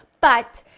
but,